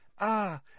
Ah